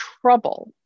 trouble